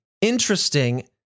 interesting